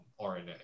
RNA